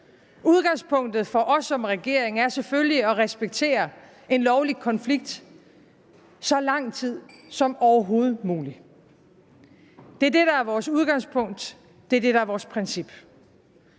Udgangspunktet for os som regering er selvfølgelig at respektere en lovlig konflikt så lang tid som overhovedet muligt. Det er det, der er vores udgangspunkt, det er det, der er vores princip.